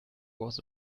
was